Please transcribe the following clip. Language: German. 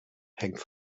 hängt